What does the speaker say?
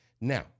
Now